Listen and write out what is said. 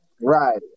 Right